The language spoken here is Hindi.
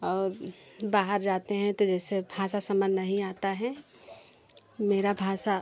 और बाहर जाते हैं तो जैसे भाषा समझ नहीं आता है मेरा भाषा